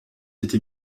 été